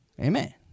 Amen